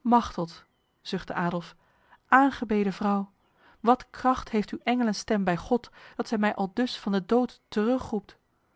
machteld zuchtte adolf aangebeden vrouw wat kracht heeft uw engelenstem bij god dat zij mij aldus van de dood